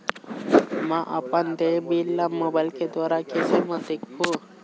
म अपन देय बिल ला मोबाइल के द्वारा कैसे म देखबो?